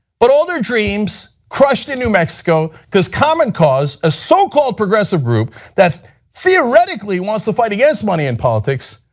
but all their dreams were crushed in new mexico because common cause, a so-called progressive group that theoretically wants to fight against money and politics,